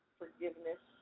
forgiveness